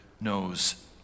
knows